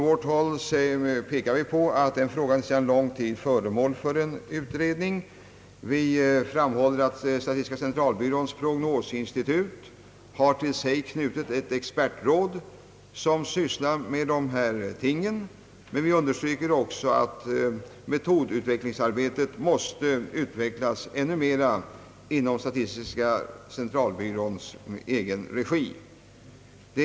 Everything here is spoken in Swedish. Vi pekar på att den frågan sedan lång tid är föremål för utredning. Statistiska centralbyråns prognosinstitut har till sig knutit ett expertråd, som sysslar med dessa ting. Men vi understryker också att metodutvecklingsarbetet måste fullkomnas ännu mer i statistiska centralbyråns egen regi.